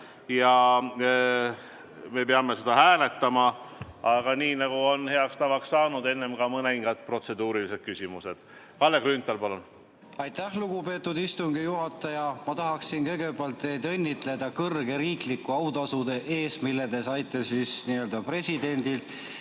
me peame seda hääletama. Aga nii nagu on heaks tavaks saanud, enne ka mõningad protseduurilised küsimused. Kalle Grünthal, palun! Aitäh, lugupeetud istungi juhataja! Ma tahan kõigepealt teid õnnitleda kõrge riikliku autasu puhul, mille te saite presidendilt.